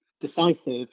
decisive